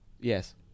Yes